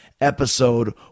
episode